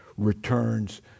Returns